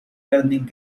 learning